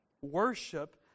Worship